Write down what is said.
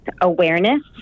awareness